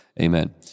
Amen